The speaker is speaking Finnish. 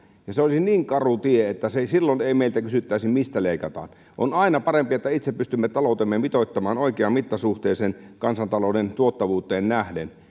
ja se olisi niin karu tie että silloin ei meiltä kysyttäisi mistä leikataan on aina parempi että itse pystymme taloutemme mitoittamaan oikeaan mittasuhteeseen kansantalouden tuottavuuteen nähden